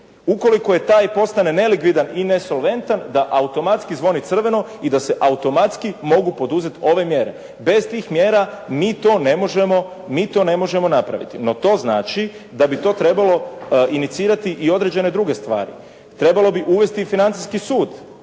ukoliko i taj postane nelikvidan i nesolventan da automatski zvoni crveno i da se automatski mogu poduzeti ove mjere. Bez tih mjera mi to ne možemo napraviti. No to znači da bi to trebalo inicirati i određene druge stvari. Trebalo bi uvesti i Financijski sud,